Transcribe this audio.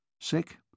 Sick